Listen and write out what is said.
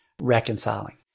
reconciling